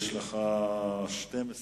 יש לך 12 דקות.